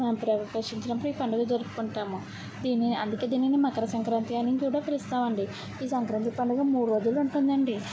మకరంలోకి ప్రవేశించినప్పుడు ఈ పండుగ జరుపుకుంటాము దీన్ని అందుకే దీనిని మకరసంక్రాంతి అని కూడా పిలుస్తాం అండి ఈ సంక్రాంతి పండుగ మూడు రోజులు ఉంటుందండి